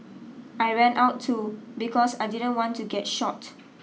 I ran out too because I didn't want to get shot